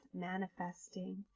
manifesting